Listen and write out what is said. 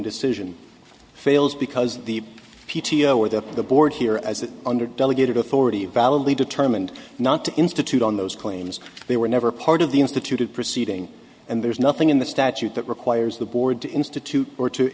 decision fails because the p t o or the the board here as it under delegated authority validly determined not to institute on those claims they were never part of the instituted proceeding and there's nothing in the statute that requires the board to institute or to